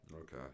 Okay